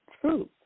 truth